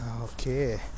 Okay